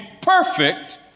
perfect